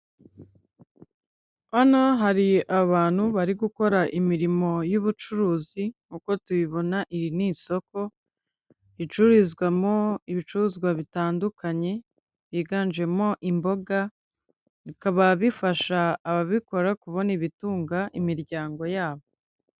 Hano hari abantu bari gukora imirimo y'ubucuruzi uko tubibona iri ni isoko, ricururizwamo ibicuruzwa bitandukanye byiganjemo imboga, bikaba bifasha ababikora kubona ibitunga imiryango yabo.